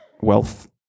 wealth